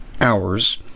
hours